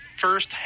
first